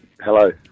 Hello